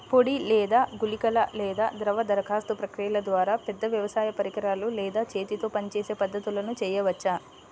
పొడి లేదా గుళికల లేదా ద్రవ దరఖాస్తు ప్రక్రియల ద్వారా, పెద్ద వ్యవసాయ పరికరాలు లేదా చేతితో పనిచేసే పద్ధతులను చేయవచ్చా?